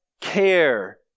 care